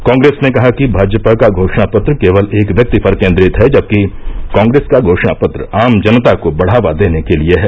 कांग्रेस ने कहा है कि भाजपा का घोषणापत्र केवल एक व्यक्ति पर केन्द्रित है जबकि कांग्रेस का घोषणापत्र आम जनता को बढ़ावा देने के लिए है